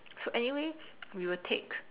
so anyway we will take